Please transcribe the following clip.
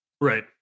Right